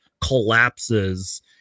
collapses